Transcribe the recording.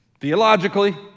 theologically